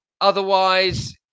Otherwise